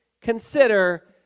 Consider